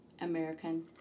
American